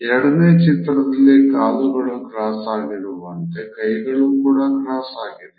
ಎರಡನೇ ಚಿತ್ರದಲ್ಲಿ ಕಾಲುಗಳು ಕ್ರಾಸ್ ಆಗಿರುವಂತೆ ಕೈಗಳು ಕೂಡ ಕ್ರಾಸ್ ಆಗಿದೆ